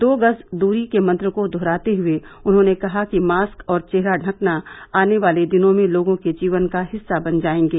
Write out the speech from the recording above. दो गज दूरी के मंत्र को दोहराते हए उन्होंने कहा कि मास्क और चेहरा ढकना आने वाले दिनों में लोगों के जीवन का हिस्सा बन जाएंगे